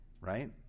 right